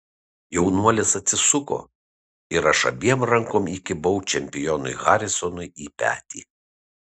jaunuolis atsisuko ir aš abiem rankom įkibau čempionui harisonui į petį